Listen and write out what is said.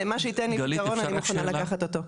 מה שייתן לי פתרון אני מוכנה לקחת אותו.